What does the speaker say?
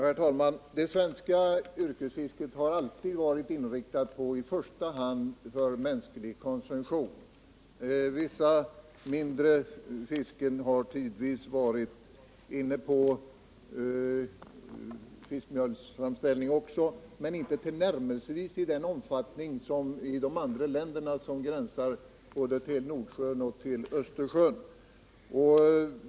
Herr talman! Det svenska yrkesfisket har i första hand alltid varit inriktat på mänsklig konsumtion. Vissa mindre fisken har tidvis också varit inriktade på fiskmjölsframställning, men inte i tillnärmelsevis den omfattning som fisket i de övriga länder som gränsar till Nordsjön och Östersjön.